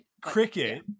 cricket